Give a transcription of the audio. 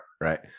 Right